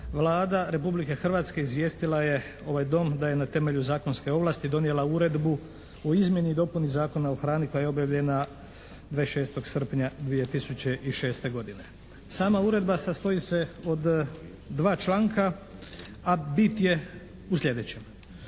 Vlada Republike Hrvatske izvijestila je ovaj Dom da je na temelju zakonske ovlasti donijela Uredbu o izmjeni i dopunio Zakona o hrani koja je objavljena 26. srpnja 2006. godine. Sama Uredba sastoji se od dva članka, a bit je u sljedećem.